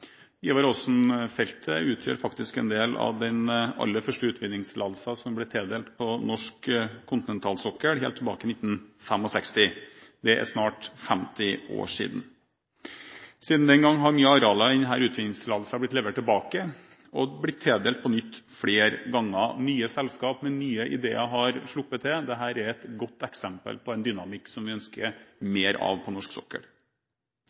utgjør faktisk en del av den aller første utvinningstillatelsen som ble tildelt på norsk kontinentalsokkel, helt tilbake til 1965. Det er snart 50 år siden. Siden den gang har mye av arealet i denne utvinningstillatelsen blitt levert tilbake og tildelt på nytt flere ganger. Nye selskaper med nye ideer har sluppet til. Dette er et godt eksempel på en dynamikk som vi ønsker mer av på norsk sokkel.